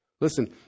Listen